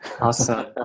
Awesome